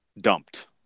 dumped